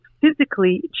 physically